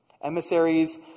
Emissaries